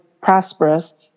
prosperous